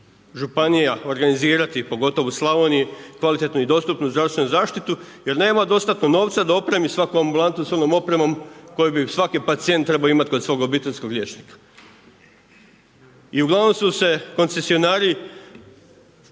županija organizirati, pogotovo u Slavoniji kvalitetnu i dostupnu zdravstvenu zaštitu jer nema dostatno novca da opremi svaku ambulantu s onom opremom koju bi svaki pacijent trebao imati kod svog obiteljskog liječnika. I ugl. su se koncesionari